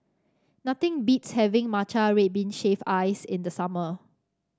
nothing beats having Matcha Red Bean Shaved Ice in the summer